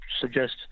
suggest